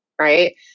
Right